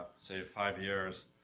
say, five years.